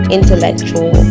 intellectual